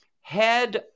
head